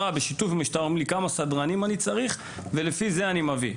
בשיתוף עם המשטרה אומרים לי כמה סדרנים אני צריך ולפי זה אני מביא.